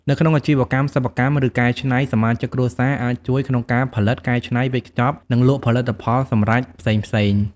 នៅក្នុងអាជីវកម្មសិប្បកម្ម ឬកែច្នៃ សមាជិកគ្រួសារអាចជួយក្នុងការផលិត កែច្នៃ វេចខ្ចប់ និងលក់ផលិតផលសម្រេចផ្សេងៗ។